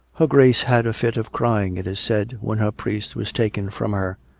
her grace had a fit of crying, it is said, when her priest was taken from her.